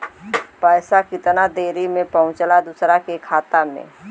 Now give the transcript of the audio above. पैसा कितना देरी मे पहुंचयला दोसरा के खाता मे?